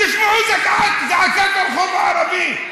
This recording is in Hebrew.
תשמעו את זעקת הרחוב הערבי.